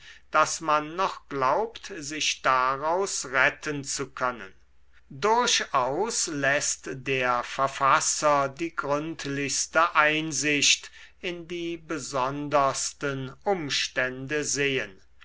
daß man noch glaubt sich daraus retten zu können durchaus läßt der verfasser die gründlichste einsicht in die besondersten umstände sehen